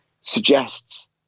suggests